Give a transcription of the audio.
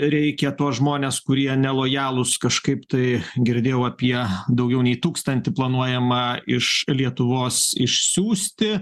reikia tuos žmones kurie nelojalūs kažkaip tai girdėjau apie daugiau nei tūkstantį planuojama iš lietuvos išsiųsti